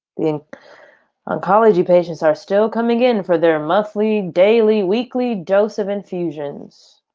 the oncology patients are still coming in for their monthly, daily, weekly dose of infusions,